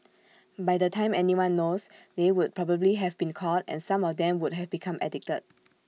by the time anyone knows they would probably have been caught and some of them would have become addicted